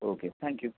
okay thank you